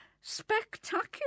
spectacular